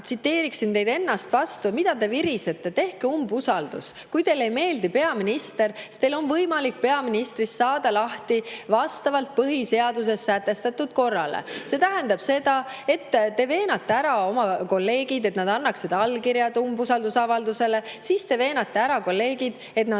tsiteeriksin vastu teid ennast: mida te virisete, tehke umbusaldus[avaldus]! Kui teile ei meeldi peaminister, siis teil on võimalik peaministrist lahti saada vastavalt põhiseaduses sätestatud korrale. See tähendab seda, et te veenate ära oma kolleegid, et nad annaksid allkirja umbusaldusavaldusele, seejärel veenate ära kolleegid, et nad